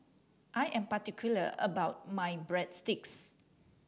I am particular about my Breadsticks